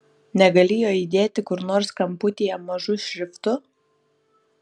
negali jo įdėti kur nors kamputyje mažu šriftu